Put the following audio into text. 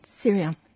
Syria